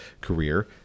career